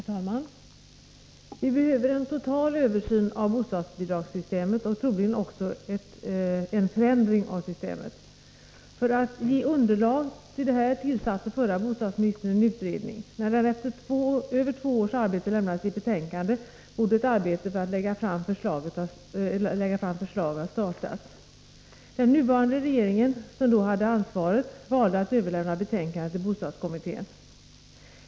Herr talman! Vi behöver en total översyn av bostadsbidragssystemet och troligen också en förändring av systemet. För att ge underlag för detta tillsatte förra bostadsministern en utredning. När den efter över två års arbete lämnade sitt betänkande, borde ett arbete för att lägga fram förslag ha startat. Den nuvarande regeringen, som då hade ansvaret, valde att överlämna betänkandet till bostadskommittén.